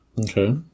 Okay